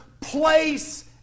place